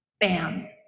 bam